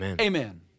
amen